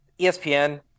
ESPN